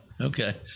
Okay